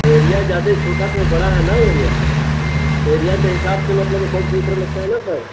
area ज्यादा छोटा तो बड़ा है ना एरिया एरिया के हिसाब से मतलब कंप्यूटर लगता है ना सर